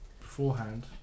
beforehand